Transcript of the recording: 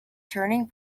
turning